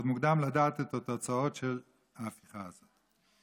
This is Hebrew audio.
עוד מוקדם לדעת את התוצאות של ההפיכה הזאת,